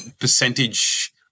percentage